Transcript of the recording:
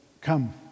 come